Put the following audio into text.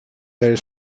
their